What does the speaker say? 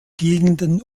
gegenden